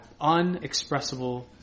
unexpressible